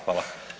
Hvala.